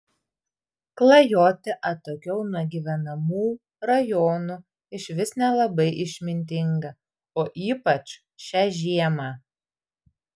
klajoti atokiau nuo gyvenamų rajonų išvis nelabai išmintinga o ypač šią žiemą